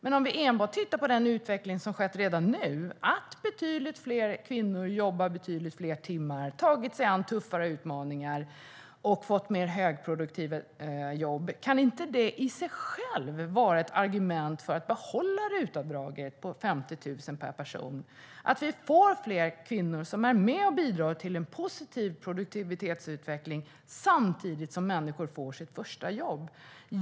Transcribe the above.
Kan inte den utveckling som skett redan nu, att betydligt fler kvinnor jobbar betydligt fler timmar, tar sig an tuffare utmaningar och har fått mer högproduktiva jobb, i sig vara ett argument för att behålla ROT-avdraget på 50 000 kronor per person? På det sättet får vi fler kvinnor som är med och bidrar till en positiv produktivitetsutveckling, samtidigt som människor får sitt första jobb.